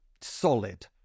solid